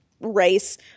race